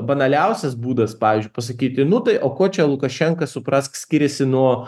banaliausias būdas pavyzdžiui pasakyti nu tai o ko čia lukašenka suprask skiriasi nuo